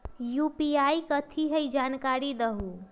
UPI कथी है? जानकारी दहु